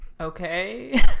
Okay